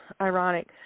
ironic